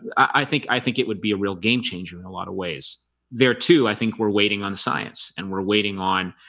i think i think it would be a real game changer in a lot of ways there, too i think we're waiting on science and we're waiting on